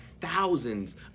thousands